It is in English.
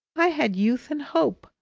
i had youth and hope.